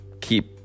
keep